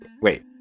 Wait